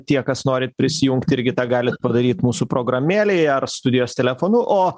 tie kas norit prisijungt irgi tą galit padaryt mūsų programėlėje ar studijos telefonu o